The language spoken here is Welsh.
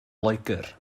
loegr